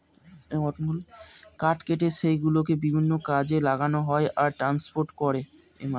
কাঠ কেটে সেই গুলোকে বিভিন্ন কাজে লাগানো হয় আর ট্রান্সপোর্ট করে